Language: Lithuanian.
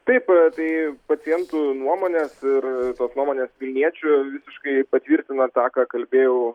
taip tai pacientų nuomonės ir tos nuomonės vilniečių visiškai patvirtina tą ką kalbėjau